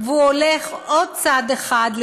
והוא הולך עוד צעד אחד,